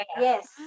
Yes